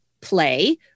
Play